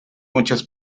muchas